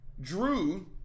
Drew